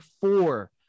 four